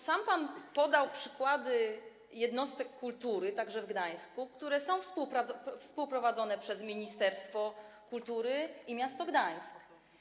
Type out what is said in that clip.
Sam pan podał przykłady jednostek kultury w Gdańsku, które są współprowadzone przez ministerstwo kultury i miasto Gdańsk.